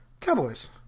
Cowboys